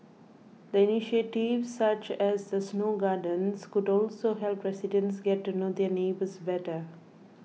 the initiatives such as the snow gardens could also help residents get to know their neighbours better